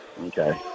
Okay